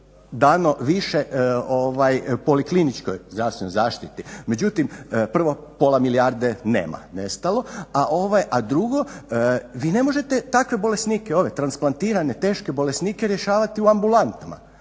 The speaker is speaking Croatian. dano više polikliničkoj zdravstvenoj zaštiti. Međutim pola milijarde nema, nestalo, a drugo vi ne možete ovakve bolesnike, ove transplantirane teške bolesnike rješavati u ambulantama.